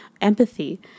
empathy